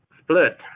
split